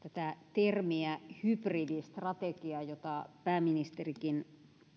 termiä hybridistrategia jota pääministerikin